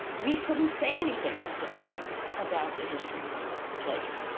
we couldn't say anything as historians about the history of plague.